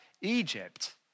Egypt